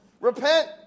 Repent